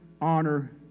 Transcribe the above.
honor